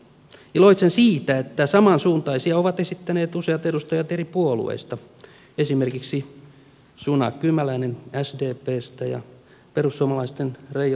iloitsen siitä että samansuuntaista ovat esittäneet useat edustajat eri puolueista esimerkiksi suna kymäläinen sdpstä ja perussuomalaisten reijo tossavainen